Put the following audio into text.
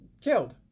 killed